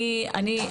אני,